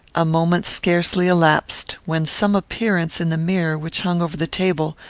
a moment scarcely elapsed, when some appearance in the mirror, which hung over the table,